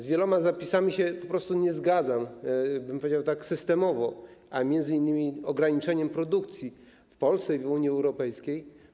Z wieloma zapisami się po prostu nie zgadzam, powiedziałbym, tak systemowo, m.in. z ograniczeniem produkcji w Polsce i w Unii Europejskiej.